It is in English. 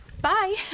Bye